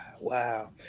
Wow